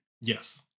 Yes